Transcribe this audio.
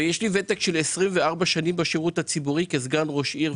יש לי ותק של 24 שנים כסגן ראש עיר,